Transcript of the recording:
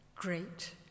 great